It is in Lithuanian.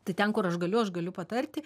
tai ten kur aš galiu aš galiu patarti